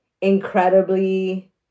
incredibly